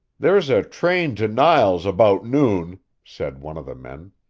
there's a train to niles about noon, said one of the men.